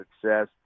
success